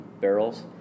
barrels